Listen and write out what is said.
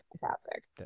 fantastic